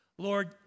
Lord